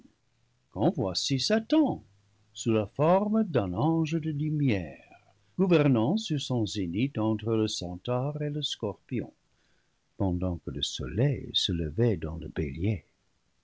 quand voici satan sous la forme d'un ange de lumière gouvernant sur son livre x zénith entre le centaure et le scorpion pendant que le soleil se levait dans le bélier